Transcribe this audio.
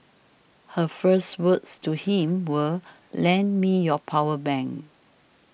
her first words to him were lend me your power bank